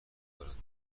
دارد